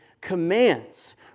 commands